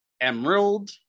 emerald